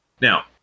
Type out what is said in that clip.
Now